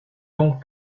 donc